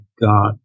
God